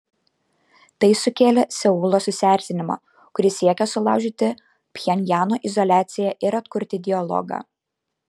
tai sukėlė seulo susierzinimą kuris siekia sulaužyti pchenjano izoliaciją ir atkurti dialogą